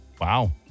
Wow